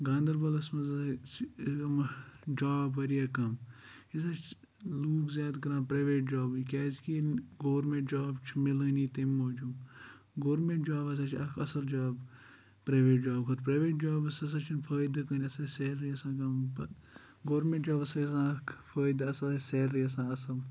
گانداربَلَس منٛز ہَسا چھ یِم جاب واریاہ کَم یُس ہَسا چھ لوٗکھ زیاد کَران پریویٹ جابے کیازِ کہِ یِم گورمِنٹ جاب چھ مِلٲنی تمہِ موٗجوٗب گورمِنٹ جاب ہَسا چھ اَکھ اَصل جاب پِرَیویٹ جاب کھۄتہٕ پِریویٹ جابَس ہَسا چھنہٕ فٲیدٕ سیلری آسان کَم پہ گورمِنٹ جابَس ہَسا چھ آسان اَکھ فٲیدٕ آسان سیلری آسان اَصٕل